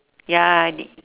ya